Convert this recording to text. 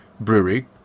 Brewery